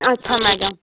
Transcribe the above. अच्छा मैडम